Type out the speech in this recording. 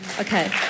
Okay